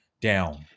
Down